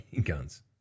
guns